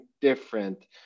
different